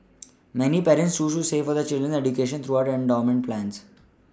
many parents choose to save for their children's education through endowment plans